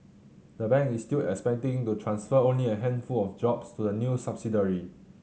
the bank is still expecting to transfer only a handful of jobs to the new subsidiary